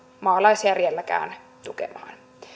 maalaisjärjelläkään tukemaan